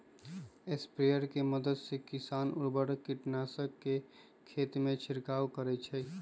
sprayer के मदद से किसान उर्वरक, कीटनाशक के खेतमें छिड़काव करई छई